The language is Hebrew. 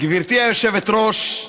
גברתי היושבת-ראש,